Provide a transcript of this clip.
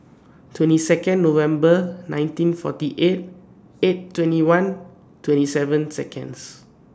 twenty Second November nineteen forty eight eight twenty one twenty seven Seconds